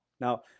Now